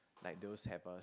like those have a